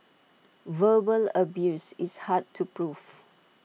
verbal abuse is hard to proof